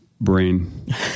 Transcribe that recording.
brain